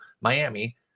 Miami